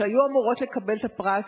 שהיו אמורות לקבל את הפרס,